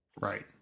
Right